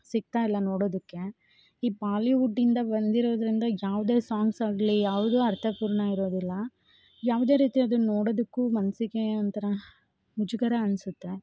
ಸಿಗ್ತಾಯಿಲ್ಲ ನೋಡೋದಕ್ಕೆ ಈ ಬಾಲಿವುಡ್ ಇಂದ ಬಂದಿರೋದ್ರಿಂದ ಯಾವುದೇ ಸಾಂಗ್ಸ್ ಆಗಲಿ ಯಾವುದು ಅರ್ಥಪೂರ್ಣ ಇರೋದಿಲ್ಲ ಯಾವುದೇ ರೀತಿ ಅದನ್ನು ನೋಡೋದಕ್ಕೂ ಮನ್ಸಿಗೆ ಒಂಥರ ಮುಜುಗರ ಅನಿಸುತ್ತೆ